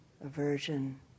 aversion